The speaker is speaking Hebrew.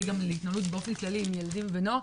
גם להתנהלות באופן כללי עם ילדים ונוער.